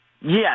yes